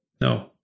No